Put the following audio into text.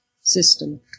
system